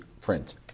print